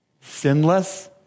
Sinless